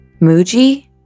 muji